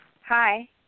Hi